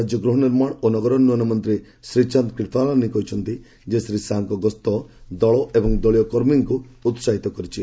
ରାଜ୍ୟ ଗୃହ ନିର୍ମାଣ ଓ ନଗର ଉନ୍ନୟନ ମନ୍ତ୍ରୀ ଶ୍ରୀଚାନ୍ଦ କ୍ରିପାଲାନି କହିଛନ୍ତି ଶ୍ରୀ ଶାହାଙ୍କ ଗସ୍ତ ଦଳ ଏବଂ ଦଳୀୟ କର୍ମୀମାନଙ୍କୁ ଉତ୍ସାହିତ କରିଛି